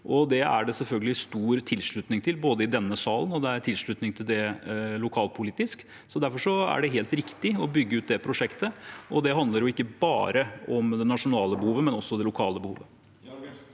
Det er det selvfølgelig stor tilslutning til, både i denne salen og lokalpolitisk. Derfor er det helt riktig å bygge ut det prosjektet, og det handler ikke bare om det nasjonale behovet, men også om det lokale behovet.